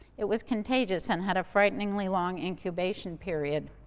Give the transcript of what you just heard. it was contagious and had a frighteningly long incubation period.